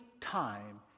time